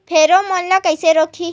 Pheromone ला कइसे रोकही?